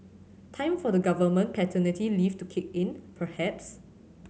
time for the government paternity leave to kick in perhaps